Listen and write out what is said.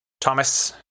Thomas